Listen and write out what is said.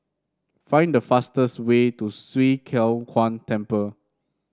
find the fastest way to Swee Kow Kuan Temple